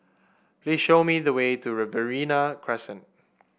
please show me the way to Riverina Crescent